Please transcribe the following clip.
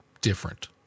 different